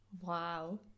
wow